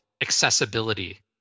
accessibility